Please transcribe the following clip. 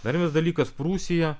dar vienas dalykas prūsija